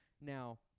Now